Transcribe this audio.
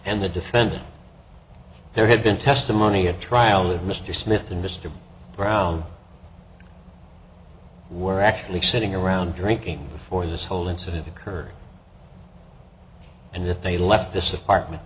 and the defendant there had been testimony at trial that mr smith and mr brown were actually sitting around drinking before this whole incident occurred and that they left this apartment